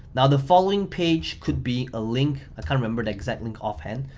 now the following page could be a link, i can't remember the exact link offhand,